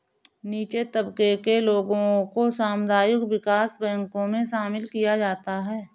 नीचे तबके के लोगों को सामुदायिक विकास बैंकों मे शामिल किया जाता है